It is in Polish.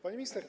Pani Minister!